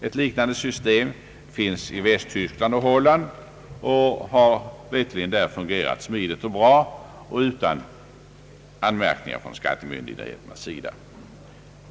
Ett liknande system tillämpas i Västtyskland och Holland och har veterligen där fungerat smidigt och bra och utan anmärkningar från skattemyndigheternas sida.